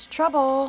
Trouble